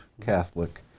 Catholic